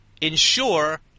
ensure